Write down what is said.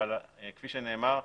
כפי שנאמר,